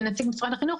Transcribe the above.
כנציג משרד החינוך,